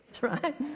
right